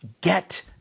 get